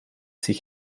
sich